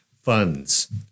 funds